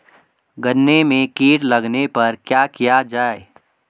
गन्ने में कीट लगने पर क्या किया जाये?